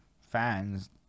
fans